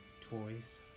toys